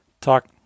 talk